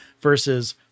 versus